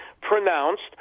pronounced